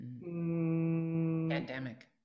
Pandemic